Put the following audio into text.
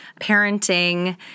parenting